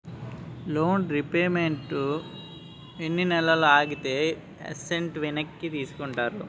Loan repayment ఎన్ని నెలలు ఆగితే ఎసట్ వెనక్కి తీసుకుంటారు?